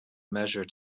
measure